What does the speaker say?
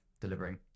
delivering